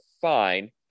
fine